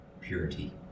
purity